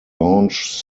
launch